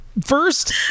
first